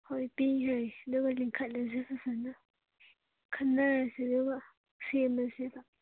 ꯍꯣꯏ ꯄꯤꯈ꯭ꯔꯒꯦ ꯑꯗꯨꯒ ꯂꯤꯡꯈꯠꯂꯁꯦ ꯐꯖꯅ ꯈꯟꯅꯔꯁꯦ ꯑꯗꯨꯒ ꯁꯦꯝꯃꯁꯦꯕ